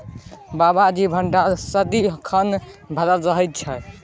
बाबाजीक भंडार सदिखन भरल रहैत छै